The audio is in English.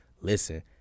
listen